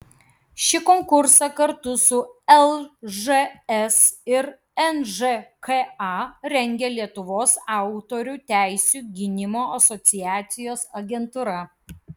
ši konkursą kartu su lžs ir nžka rengia lietuvos autorių teisių gynimo asociacijos agentūra